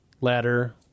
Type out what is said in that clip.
ladder